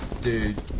Dude